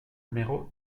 numéro